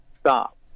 stop